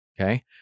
okay